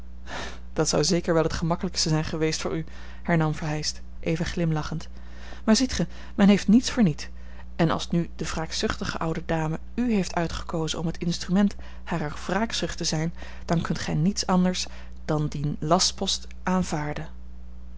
dat zou zeker wel het gemakkelijkste zijn geweest voor u hernam verheyst even glimlachend maar ziet gij men heeft niets voor niet en als nu de wraakzuchtige oude dame u heeft uitgekozen om het instrument harer wraakzucht te zijn dan kunt gij niet anders dan dien lastpost aanvaarden